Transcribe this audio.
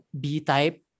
B-type